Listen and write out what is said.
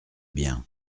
bien